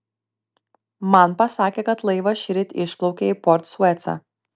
man pasakė kad laivas šįryt išplaukė į port suecą